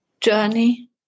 journey